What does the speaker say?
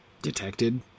Detected